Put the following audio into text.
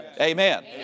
Amen